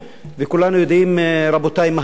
וכולנו יודעים, רבותי, מה היה בלוב.